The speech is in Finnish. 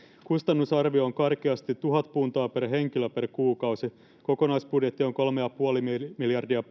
kustannusarvio on karkeasti tuhat puntaa per henkilö per kuukausi kokonaisbudjetti on kolme ja puoli miljardia